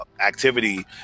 activity